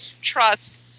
trust